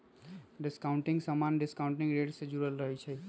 discounting समान्य discounting rate से जुरल रहै छइ